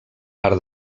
part